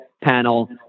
panel